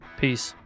peace